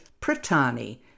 Pratani